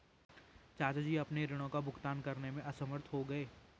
चाचा जी अपने ऋणों का भुगतान करने में असमर्थ हो गए